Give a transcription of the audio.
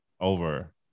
over